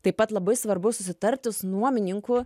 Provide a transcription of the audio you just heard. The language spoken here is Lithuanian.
taip pat labai svarbu susitarti su nuomininku